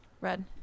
Red